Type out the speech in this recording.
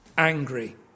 angry